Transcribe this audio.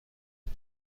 بود